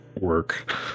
work